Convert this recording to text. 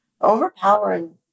overpowering